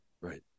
Right